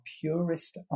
purest